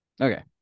okay